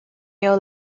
your